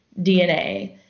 DNA